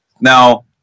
Now